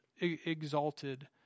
exalted